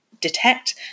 detect